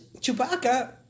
Chewbacca